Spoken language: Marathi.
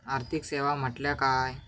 आर्थिक सेवा म्हटल्या काय?